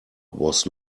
was